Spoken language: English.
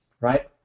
right